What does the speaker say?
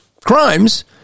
crimes